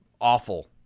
awful